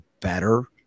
better